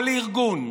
כל ארגון,